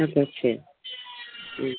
हाजारसे